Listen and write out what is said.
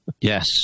Yes